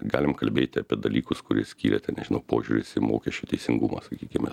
galim kalbėti apie dalykus kurie skyrė ten nežinau požiūris į mokesčių teisingumą sakykime